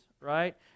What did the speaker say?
right